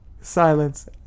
Silence